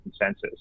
consensus